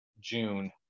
june